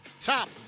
top